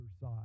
side